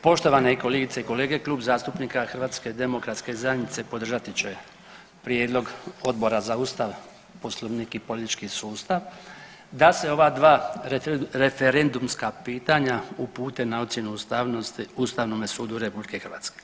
Poštovane kolegice i kolege Klub zastupnika HDZ-a podržati će prijedlog Odbora za Ustav, Poslovnik i politički sustav da se ova dva referendumska pitanja upute na ocjenu ustavnosti Ustavnome sudu RH.